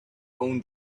own